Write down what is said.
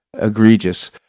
egregious